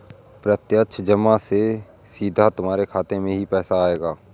प्रत्यक्ष जमा से सीधा तुम्हारे खाते में ही पैसे आएंगे